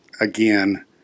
again